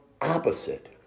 opposite